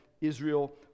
Israel